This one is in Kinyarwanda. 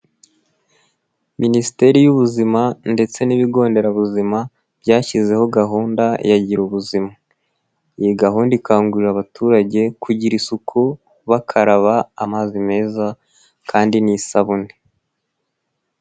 Minisiteri y'ubuzima ndetse n'ibigo nderabuzima byashyizeho gahunda ya gira ubuzima, iyi gahunda ikangurira abaturage kugira isuku bakaraba amazi meza kandi n'isabune.